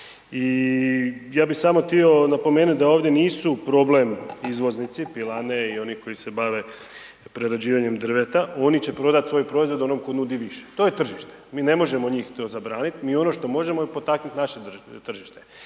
i ja bi samo htio napomenut da ovdje nisu problem izvoznici, pilane i oni koji se bave prerađivanjem drveta, oni će prodat svoj proizvod onom tko nudi više, to je tržište, mi ne možemo njih to zabranit, mi ono što možemo je potaknut naše tržište